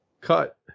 Cut